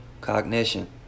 cognition